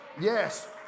Yes